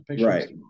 Right